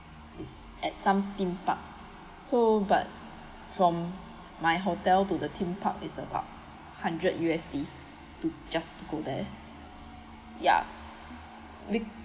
it's at some theme park so but from my hotel to the theme park is about hundred U_S_D to just to go there ya be~